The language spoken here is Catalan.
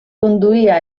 conduïa